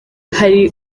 hari